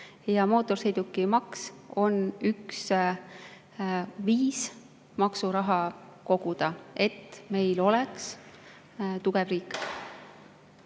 Mootorsõidukimaks on üks viis maksuraha koguda, et meil oleks tugev riik.